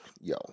Yo